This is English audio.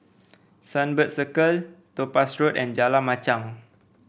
Sunbird Circle Topaz Road and Jalan Machang